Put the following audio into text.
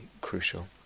crucial